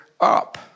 up